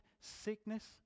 sickness